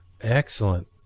Excellent